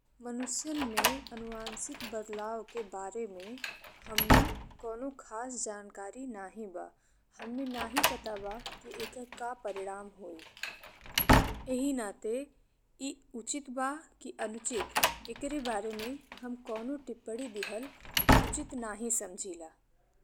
मनुष्यन में आनुवांशिक बदलाव के बारे में हम्में कोनो खास जानकारी नाहीं बा। हम्मे नाहीं पता बा कि एकर का परिणाम होई। एही नाते इ उचित बा कि अनुचित एकरे बारे में हम कोनो टिप्पणी दिहल उचित नइखी समझिला।